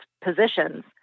positions